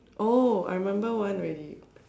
oh I remember one already